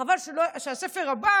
חבל שהספר הבא,